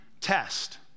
test